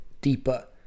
deeper